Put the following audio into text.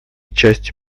частью